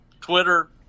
Twitter